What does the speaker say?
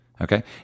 Okay